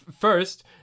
first